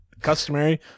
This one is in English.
Customary